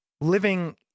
living